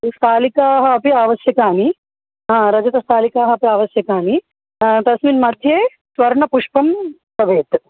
स्थालिकाः अपि आवश्यकानि ह रजतस्थालिकाः अपि आवश्यकानि तस्मिन् मध्ये स्वर्णपुष्पं भवेत्